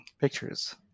pictures